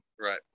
Right